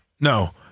No